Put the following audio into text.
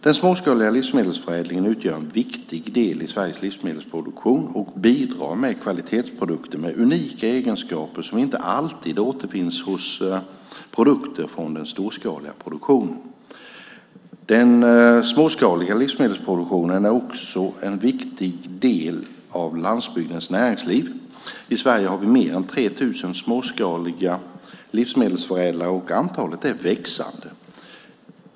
Den småskaliga livsmedelsförädlingen utgör en viktig del i Sveriges livsmedelsproduktion och bidrar med kvalitetsprodukter med unika egenskaper som inte alltid återfinns hos produkter från den storskaliga produktionen. Den småskaliga livsmedelsproduktionen är också en viktig del av landsbygdens näringsliv - i Sverige har vi mer än 3 000 småskaliga livsmedelsförädlare och antalet är växande.